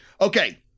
Okay